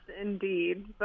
indeed